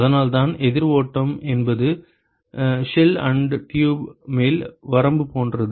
அதனால்தான் எதிர் ஓட்டம் என்பது ஷெல் அண்ட் டியூப் மேல் வரம்பு போன்றது